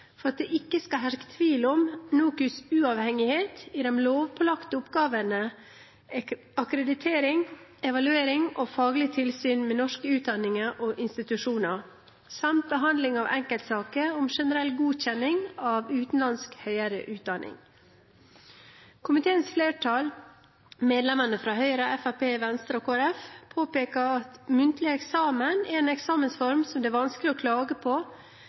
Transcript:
for at det ikke skal herske tvil om NOKUTs uavhengighet i de lovpålagte oppgavene akkreditering, evaluering og faglig tilsyn med norske utdanninger og institusjoner samt behandling av enkeltsaker om generell godkjenning av utenlandsk høyere utdanning. Komiteens flertall, medlemmene fra Høyre, Fremskrittspartiet, Venstre og Kristelig Folkeparti, påpeker at muntlig eksamen er en eksamensform som det er vanskelig å klage på